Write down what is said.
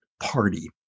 party